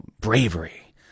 bravery